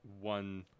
One